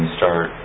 start